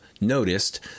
noticed